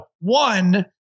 one